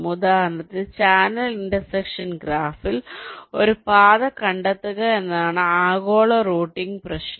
ഉദാഹരണത്തിന് channel intersection ഗ്രാഫിൽ ഒരു പാത കണ്ടെത്തുക എന്നതാണ് ആഗോള റൂട്ടിംഗ് പ്രശ്നം